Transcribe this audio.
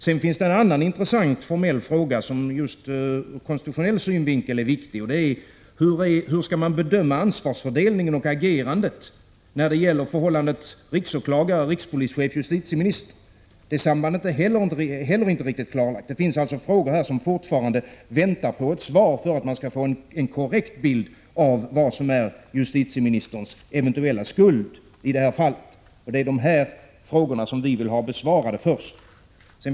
Sedan är en annan intressant formell fråga viktig ur konstitutionell synvinkel: Hur skall man bedöma ansvarsfördelningen och agerandet när det gäller förhållandet riksåklagare-rikspolischef-justitieminister? Det sambandet är inte heller riktigt klarlagt. Det finns alltså frågor som väntar på ett svar för att man skall få en korrekt bild av justitieministerns eventuella skuld i detta fall. Det är dessa frågor som vi vill ha besvarade.